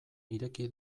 ireki